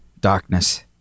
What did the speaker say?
darkness